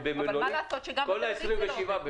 ה-27 לא